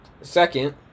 Second